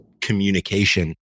communication